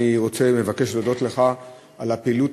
אני רוצה ומבקש להודות לך על הפעילות